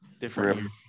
different